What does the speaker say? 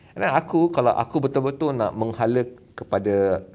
and then aku kalau aku betul-betul nak menghala kepada